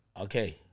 Okay